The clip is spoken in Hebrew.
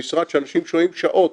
במשרד שאנשים שוהים שעות,